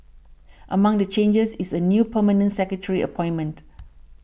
among the changes is a new Permanent Secretary appointment